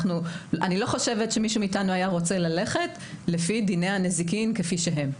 אני לא חושבת שמישהו מאיתנו היה רוצה ללכת לפי דיני הנזיקין כפי שהם.